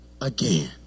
again